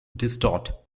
distort